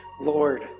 Lord